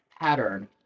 pattern